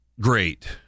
great